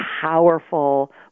powerful